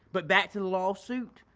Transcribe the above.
but back to the lawsuit,